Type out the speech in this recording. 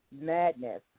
madness